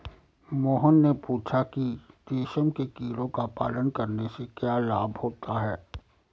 मोहन ने पूछा कि रेशम के कीड़ों का पालन करने से क्या लाभ होता है?